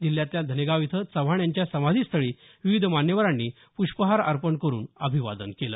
जिल्ह्यातल्या धनेगाव इथं चव्हाण यांच्या समाधीस्थळी विविध मान्यवरांनी प्रष्पहार अर्पण करून अभिवादन केलं